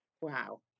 wow